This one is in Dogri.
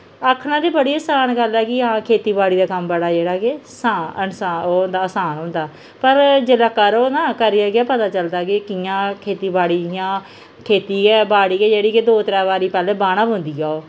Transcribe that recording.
आखना ते बड़ी असान गल्ल ऐ कि हां खेती बाड़ी दा कम्म बड़ा जेह्ड़ा कि असान असान होंदा पर जिल्लै करो ना करियै गै पता कि कि'यां खेती बाड़ी इ'यां खेती गै बाड़ी गै जेह्ड़ी के दो त्रै बारी पैह्लें बाह्ने पौंदी ऐ ओ